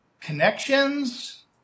Connections